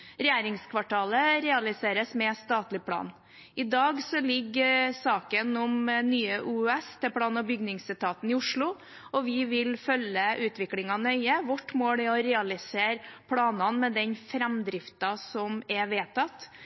Regjeringskvartalet realiseres med statlig plan. I dag ligger saken om Nye OUS hos plan- og bygningsetaten i Oslo, og vi vil følge utviklingen nøye. Vårt mål er å realisere planene med den framdriften som er vedtatt.